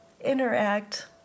interact